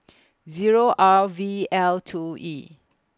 Zero R V L two E